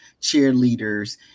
cheerleaders